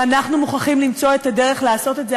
ואנחנו מוכרחים למצוא את הדרך לעשות את זה,